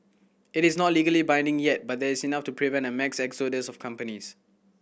it is not legally binding yet but there's enough to prevent a mass exodus of companies